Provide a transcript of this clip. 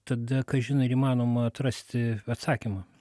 tada kažin ar įmanoma atrasti atsakymą